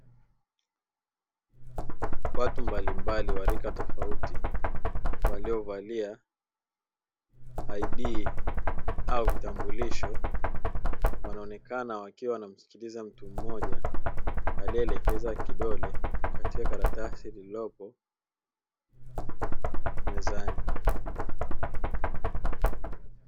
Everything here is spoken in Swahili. Watu mbalimbali wa rika tofauti waliyovalia ID au vitambulisho wanaonekana wakiwa wanamsikiliza mtu mmoja aliyeelekeza kidole katika karatasi lililopo mezani.